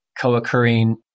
co-occurring